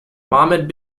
mahmud